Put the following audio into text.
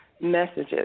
messages